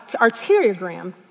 arteriogram